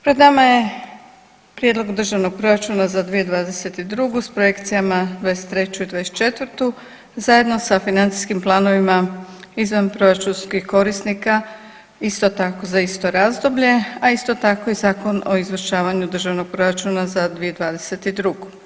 Pred nama je Prijedlog državnog proračuna za 2022. s projekcijama za '23. i '24. zajedno sa financijskim planovima izvanproračunskih korisnika isto tako za isto razdoblje, a isto tako i Zakon o izvršavanju državnog proračuna za 2022.